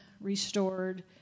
restored